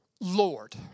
Lord